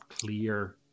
clear